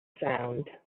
sound